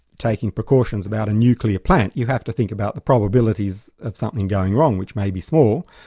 taking precautions about a nuclear plant, you have to think about the probabilities of something going wrong, which may be small,